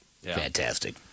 Fantastic